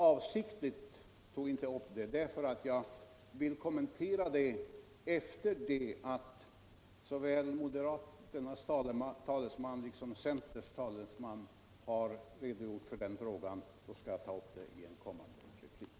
Avsiktligt tog jag inte upp det avsnittet, därför att jag vill kommentera det efter det att moderaternas och centerns talesmän har redogjort för sin uppfattning i den frågan. Jag skall alltså ta upp det i en kommande replik.